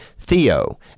Theo